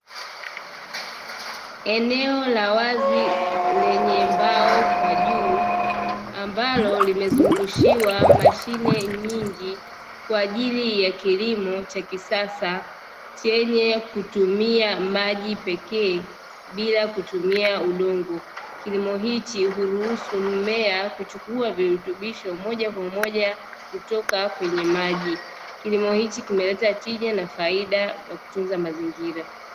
Eneo la wazi lenye mbao kwa juu, ambalo limezungushiwa mashine nyingi kwa ajili ya kilimo cha kisasa, chenye kutumia maji pekee bila kutumia udongo kilimo hichi huruhusu mmea, kuchukua virutubisho moja kwa moja kutoka kwenye maji kilimo hichi kimeleta tija na faida na kutunza mazingira.